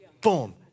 Boom